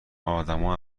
آدما